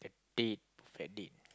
date perfect date